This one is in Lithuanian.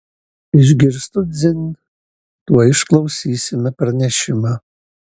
išgirstu dzin tuoj išklausysime pranešimą